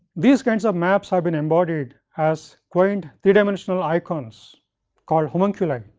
these kinds of maps have been embodied, has quaint three dimensional icons called homunculus.